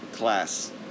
class